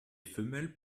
femelles